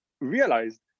realized